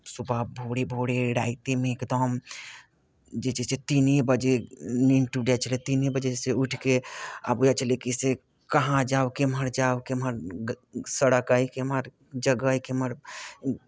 सुबह भोरे भोरे रातिएमे एकदम जे छै से तीने बजे नींद टूटि जाइ छलै तीने बजेसँ उठि कऽ आ बुझाइत छलै कि से कहाँ जाउ केम्हर जाउ केम्हर सड़क अइ केम्हर जगह अइ केम्हर